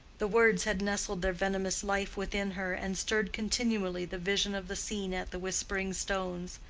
the words had nestled their venomous life within her, and stirred continually the vision of the scene at the whispering stones.